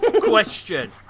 question